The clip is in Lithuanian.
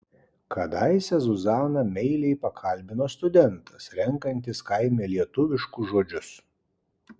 kadaise zuzaną meiliai pakalbino studentas renkantis kaime lietuviškus žodžius